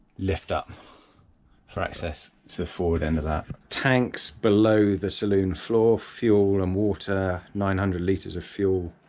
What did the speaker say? lift up for access to the forward end of that. tanks below the saloon floor, fuel and water, nine hundred liters of fuel,